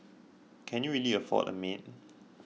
can you really afford a maid